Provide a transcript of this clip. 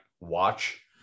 watch